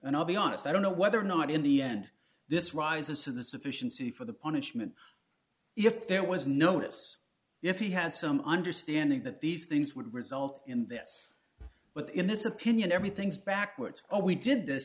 and i'll be honest i don't know whether or not in the end this rises to the sufficiency for the punishment if there was no nits if he had some understanding that these things would result in this but in this opinion everything's backwards oh we did this